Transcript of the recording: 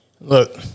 Look